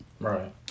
Right